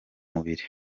mubiri